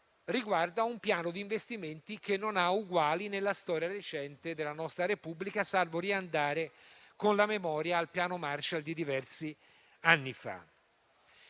riguardo un piano di investimenti che non ha uguali nella storia recente della nostra Repubblica, salvo riandare con la memoria al piano Marshall di diversi anni fa.